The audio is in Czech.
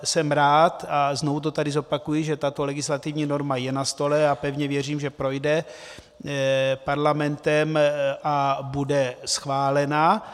Jsem rád, a znovu to tady zopakuji, že tato legislativní norma je na stole, a pevně věřím, že projde Parlamentem a bude schválena.